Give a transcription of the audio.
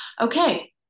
okay